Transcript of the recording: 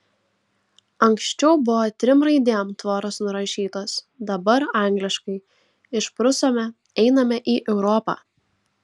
anksčiau buvo trim raidėm tvoros nurašytos dabar angliškai išprusome einame į europą